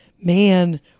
man